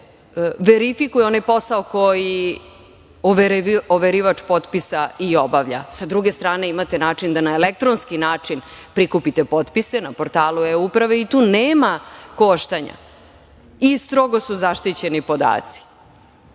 verifikuje onaj posao koji overivač potpisa i obavlja. Sa druge strane imate način da na elektronski način prikupite potpise, na portalu e-Uprave i tu nema koštanja i strogo su zaštićeni